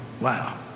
Wow